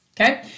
okay